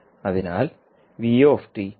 അതിനാൽ v V ആയി മാറും